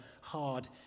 hard